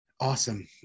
Awesome